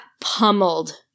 pummeled